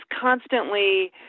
constantly